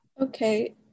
Okay